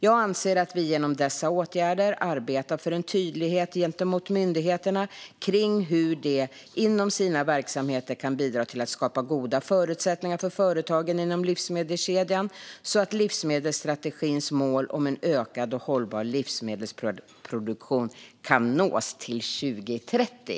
Jag anser att vi genom dessa åtgärder arbetar för en tydlighet gentemot myndigheterna kring hur de inom sina verksamheter kan bidra till att skapa goda förutsättningar för företagen inom livsmedelskedjan, så att livsmedelsstrategins mål om en ökad och hållbar livsmedelsproduktion kan nås till 2030.